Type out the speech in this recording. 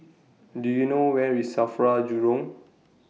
Do YOU know Where IS SAFRA Jurong